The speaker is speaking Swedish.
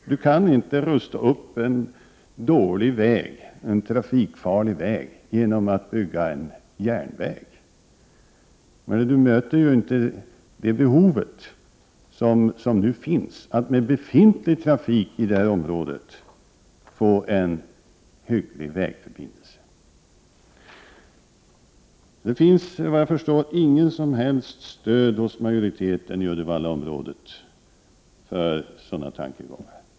Man kan inte rusta upp en dålig och trafikfarlig väg genom att bygga en järnväg. Man möter ju inte det behov som finns, att med befintlig trafik i detta område få en hygglig vägförbindelse. Såvitt jag har förstått finns det inget som helst stöd hos majoriteten i Uddevallaområdet för sådana tankegångar.